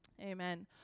Amen